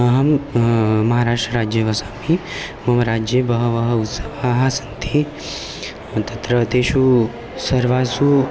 अहं महाराष्ट्रराज्ये वसामि मम राज्ये बहवः उत्सवाः सन्ति तत्र तेषु सर्वासु